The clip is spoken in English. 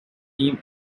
team